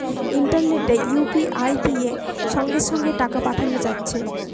ইন্টারনেটে ইউ.পি.আই দিয়ে সঙ্গে সঙ্গে টাকা পাঠানা যাচ্ছে